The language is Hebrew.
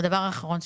דבר אחרון,